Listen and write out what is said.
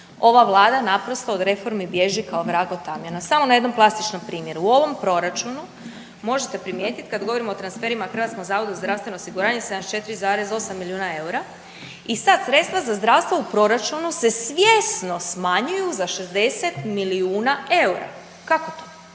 Ova Vlada naprosto od reformi bježi kao vrag od tamjana. Samo na jednom plastičnom primjeru. U ovom proračunu možete primijetiti kad govorimo o transferima Hrvatskom zavodu za zdravstveno osiguranje 74,8 milijuna eura. I sad sredstva za zdravstvo u proračunu se svjesno smanjuju za 60 milijuna eura. Kako to